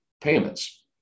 payments